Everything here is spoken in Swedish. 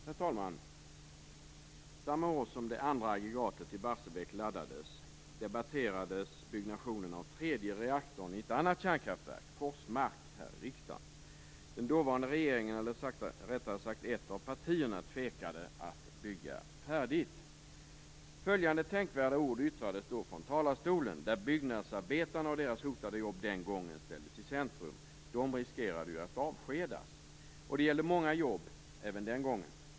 Herr talman! Samma år som det andra aggregatet i Barsebäck laddades debatterades byggnationen av tredje reaktorn i ett annat kärnkraftverk, Forsmark, här i riksdagen. Den dåvarande regeringen, eller rättare sagt ett av partierna, tvekade att bygga färdigt. Följande tänkvärda ord yttrades då från talarstolen, där byggnadsarbetarna och deras hotade jobb den gången ställdes i centrum. De riskerade ju att avskedas. Det gällde många jobb även den gången.